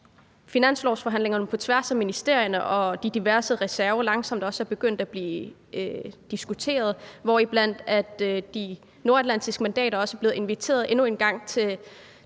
finanslovsforhandlingerne på tværs af ministerierne og diverse reserver langsomt også er begyndt at blive diskuteret, og de nordatlantiske mandater er også blevet inviteret endnu en gang til